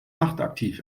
nachtaktiv